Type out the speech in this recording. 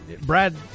Brad